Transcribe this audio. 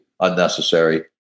unnecessary